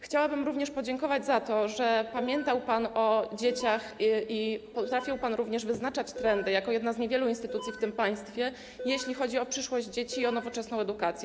Chciałabym również podziękować za to, że pamiętał pan o dzieciach i potrafił pan wyznaczać trendy jako jedna z niewielu instytucji w tym państwie, jeśli chodzi o przyszłość dzieci i o nowoczesną edukację.